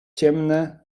ciemne